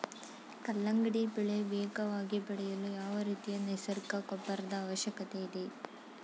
ಕಲ್ಲಂಗಡಿ ಬೆಳೆ ವೇಗವಾಗಿ ಬೆಳೆಯಲು ಯಾವ ರೀತಿಯ ನೈಸರ್ಗಿಕ ಗೊಬ್ಬರದ ಅವಶ್ಯಕತೆ ಇದೆ?